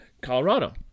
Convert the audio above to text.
Colorado